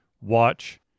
watch